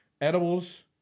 Edibles